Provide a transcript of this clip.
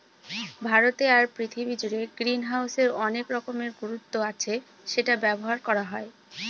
ভারতে আর পৃথিবী জুড়ে গ্রিনহাউসের অনেক রকমের গুরুত্ব আছে সেটা ব্যবহার করা হয়